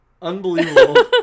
Unbelievable